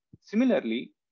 Similarly